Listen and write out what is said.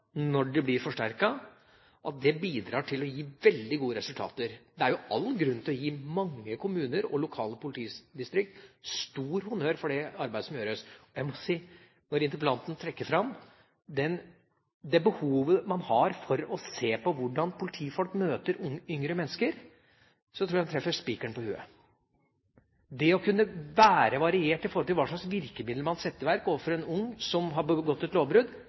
når de blir forsterket, bidrar til å gi veldig gode resultater. Det er all grunn til å gi mange kommuner og lokale politidistrikt stor honnør for det arbeidet som gjøres. Når interpellanten trekker fram det behovet man har for å se på hvordan politifolk møter yngre mennesker, tror jeg han treffer spikeren på hodet. Det å kunne være variert i forhold til hva slags virkemidler man setter i verk overfor en ung som har begått et lovbrudd,